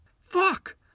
Fuck